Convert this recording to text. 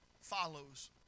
follows